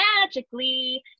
magically